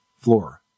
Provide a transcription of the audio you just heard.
floor